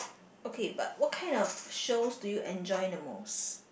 okay but what kind of shows do you enjoy the most